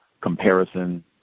comparison